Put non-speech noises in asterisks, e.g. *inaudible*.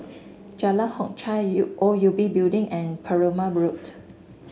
Jalan Hock Chye U O U B Building and Perumal *unintelligible*